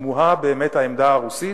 תמוהה באמת העמדה הרוסית,